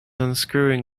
unscrewing